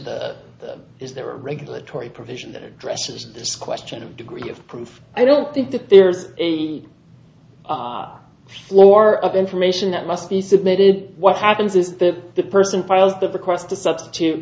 t is there a regulatory provision that addresses this question of degree of proof i don't think that there's a the floor of information that must be submitted what happens is that the person files the request to substitute